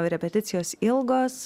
repeticijos ilgos